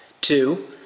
Two